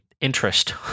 interest